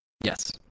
Yes